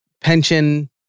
pension